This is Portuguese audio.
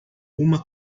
uma